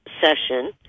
session